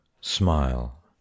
smile